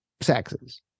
sexes